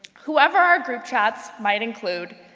whoever our group chats might include,